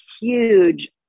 huge